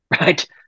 right